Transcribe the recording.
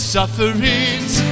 sufferings